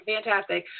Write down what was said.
Fantastic